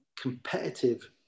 competitive